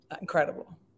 Incredible